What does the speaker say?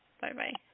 Bye-bye